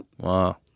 Wow